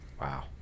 Wow